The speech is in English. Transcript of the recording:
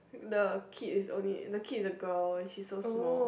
the kid is only the kid is a girl she's so small